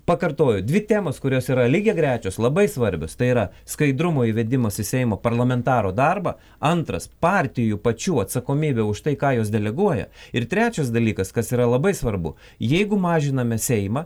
pakartoju dvi temos kurios yra lygiagrečios labai svarbios tai yra skaidrumo įvedimas į seimo parlamentarų darbą antras partijų pačių atsakomybė už tai ką jos deleguoja ir trečias dalykas kas yra labai svarbu jeigu mažiname seimą